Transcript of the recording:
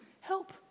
help